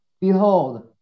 Behold